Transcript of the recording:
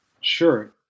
Sure